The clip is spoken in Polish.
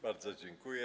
Bardzo dziękuję.